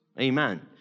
amen